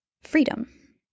freedom